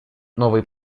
новый